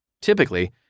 Typically